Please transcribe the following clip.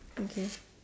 okay